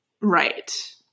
right